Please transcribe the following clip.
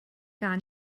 gar